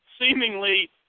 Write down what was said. seemingly